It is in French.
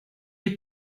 est